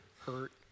hurt